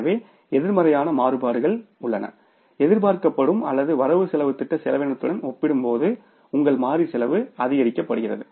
எனவே எதிர்மறையான மாறுபாடுகள் உள்ளன எதிர்பார்க்கப்படும் அல்லது வரவு செலவுத் திட்ட செலவினத்துடன் ஒப்பிடும்போது உங்கள் மாறி செலவு அதிகரிக்கப்படுகிறது